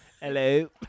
Hello